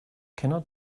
cannot